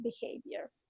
behavior